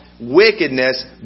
wickedness